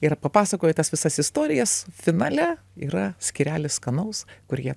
ir papasakoja tas visas istorijas finale yra skyrelis skanaus kur jie